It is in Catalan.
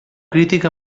crític